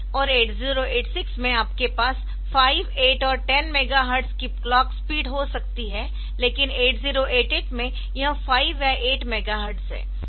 और 8086 में आपके पास 5 8 और 10 मेगा हर्ट्ज की क्लॉक स्पीड हो सकती है लेकिन 8088 में यह 5 या 8 मेगा हर्ट्ज है